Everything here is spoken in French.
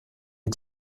est